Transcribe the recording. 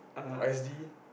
or S_D